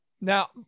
Now